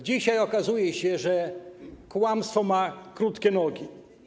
Dzisiaj okazuje się, że kłamstwo ma krótkie nogi.